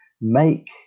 make